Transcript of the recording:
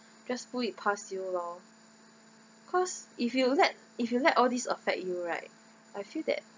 just put it past you lor cause if you let if you let all these affect you right I feel that